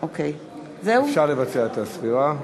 אפשר לבצע את הספירה.